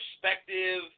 perspective